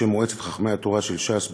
בשם מועצת חכמי התורה של ש"ס,